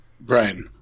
Brian